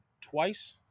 twice